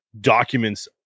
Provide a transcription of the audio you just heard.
documents